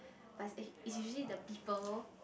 but eh it's actually the people